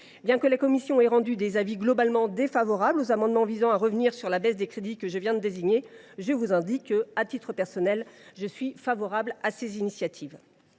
Bien que la commission ait rendu des avis globalement défavorables sur les amendements visant à revenir sur les baisses de crédits que je viens de désigner, je vous indique que je suis, à titre personnel, favorable à ces initiatives.